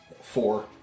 four